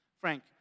Frank